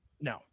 No